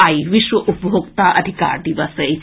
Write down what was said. आई विश्व उपभोक्ता अधिकार दिवस अछि